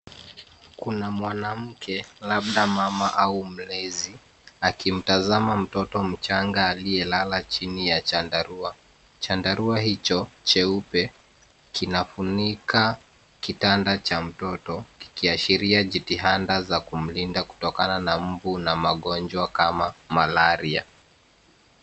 Kuna mwanamke, labda mama au mlezi, akimtazama mtoto mchanga aliye lala chini ya chandarua, chandarua hicho cheupe kinafunika kitanda cha mtoto kikiashiria jitihada za kumlinda kutokana na mbu na magonjwa kama malaria.